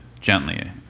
gently